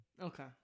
Okay